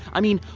i mean,